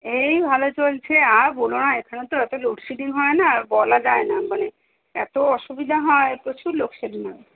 এই ভালো চলছে আর বলো না এখানে তো এত লোডশেডিং হয় না বলা যায় না মানে এত অসুবিধা হয় প্রচুর লোডশেডিং হয়